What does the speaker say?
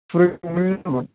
खुरै गंनै नांगोन